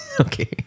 Okay